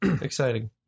exciting